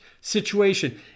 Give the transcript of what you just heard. situation